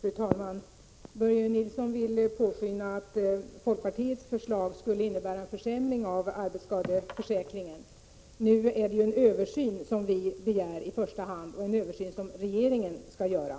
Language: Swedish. Fru talman! Börje Nilsson vill påskina att folkpartiets förslag skulle innebära en försämring av arbetsskadeförsäkringen. Nu är det ju i första hand en översyn som vi begär — en översyn som regeringen skall göra.